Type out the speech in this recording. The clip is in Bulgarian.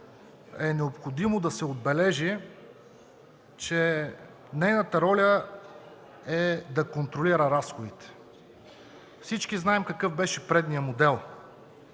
е необходимо да се отбележи, че нейната роля е да контролира разходите. Всички знаем какъв беше предният модел.